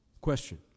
question